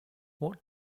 what